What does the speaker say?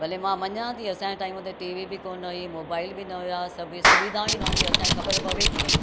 भले मां मञा थी असांखे टाइम ते टीवी बि कोन हुई मोबाइल बि न हुआ सभी सुविधाऊं न हूंदियूं असांखे ख़बरु पवे कीअं